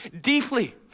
deeply